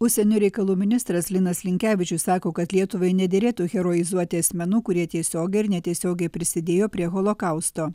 užsienio reikalų ministras linas linkevičius sako kad lietuvai nederėtų heroizuoti asmenų kurie tiesiogiai ar netiesiogiai prisidėjo prie holokausto